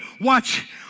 watch